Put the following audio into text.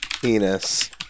Penis